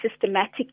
systematic